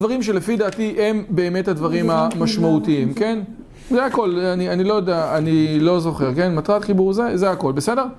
דברים שלפי דעתי הם באמת הדברים המשמעותיים, כן? זה הכל, אני לא יודע, אני לא זוכר, כן? מטרת חיבור זה הכל, בסדר?